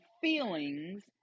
feelings